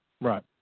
Right